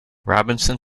robinson